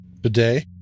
bidet